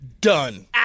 done